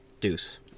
Deuce